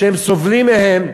שסובלים מהם,